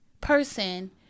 person